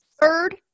Third